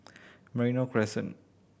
Merino Crescent